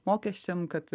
mokesčiam kad